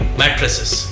mattresses